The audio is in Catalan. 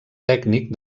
tècnic